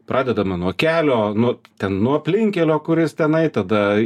pradedame nuo kelio nu ten nuo aplinkkelio kuris tenai tada